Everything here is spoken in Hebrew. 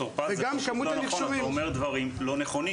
ד"ר פז, אתה אומר דברים לא נכונים.